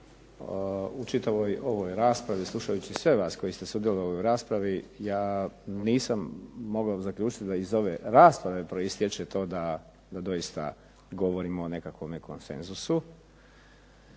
u čitavoj ovoj raspravi, slušajući sve vas koji ste sudjelovali u raspravi ja nisam mogao zaključiti da iz ove rasprave proistječe to da doista govorimo o nekakvom konsenzusu.